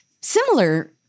similar